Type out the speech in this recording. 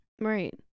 Right